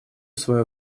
свое